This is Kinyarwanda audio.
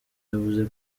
yavuze